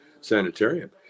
sanitarium